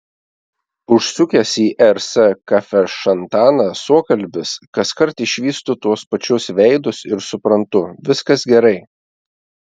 užsukęs į rs kafešantaną suokalbis kaskart išvystu tuos pačius veidus ir suprantu viskas gerai